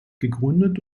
gegründet